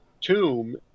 tomb